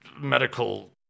medical